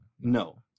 No